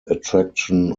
attraction